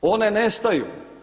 One nestaju.